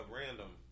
random